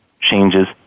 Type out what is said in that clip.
changes